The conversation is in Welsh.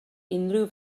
unrhyw